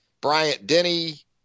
Bryant-Denny